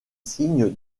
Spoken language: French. signe